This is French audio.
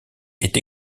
est